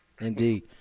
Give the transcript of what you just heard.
Indeed